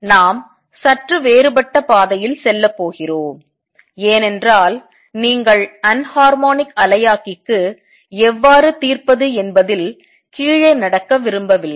நாம் சற்று வேறுபட்ட பாதையில் செல்லப் போகிறோம் ஏனென்றால் நீங்கள் அன்ஹார்மோனிக் அலையாக்கிக்கு எவ்வாறு தீர்ப்பது என்பதில் கீழே நடக்க விரும்பவில்லை